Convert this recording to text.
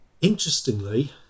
Interestingly